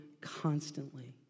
constantly